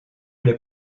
les